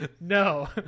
no